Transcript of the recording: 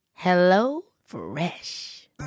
HelloFresh